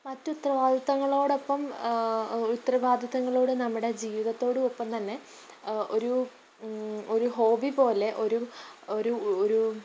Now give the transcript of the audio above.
മറ്റു ഉത്തരവാദിത്തങ്ങളോടൊപ്പം ഉത്തരവാദിത്തങ്ങളോട് നമ്മുടെ ജീവിതത്തോടുമൊപ്പം തന്നെ ഒരു ഒരു ഹോബി പോലെ ഒരു ഒരു ഒരു